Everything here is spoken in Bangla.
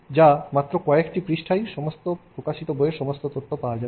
যা মাত্র কয়েকটি পৃষ্ঠায় সমস্ত প্রকাশিত বইয়ের সমস্ত তথ্য থাকবে